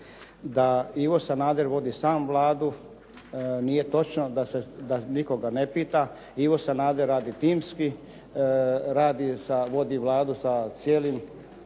Da Ivo Sanader sam vodi Vladu nije točno da nikoga ne pita. Ivo Sanader radi timski, radi sa, vodi Vladu sa cijelim